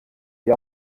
die